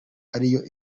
ariyo